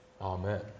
Amen